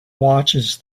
watches